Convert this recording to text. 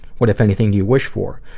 what if anything you wished for?